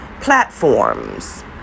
platforms